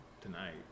tonight